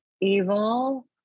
evil